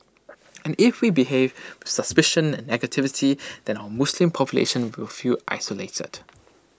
and if we behave suspicion and negativity then our Muslim population will feel isolated